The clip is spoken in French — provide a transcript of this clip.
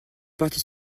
partie